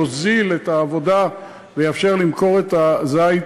יוזיל את העבודה ויאפשר למכור את הזית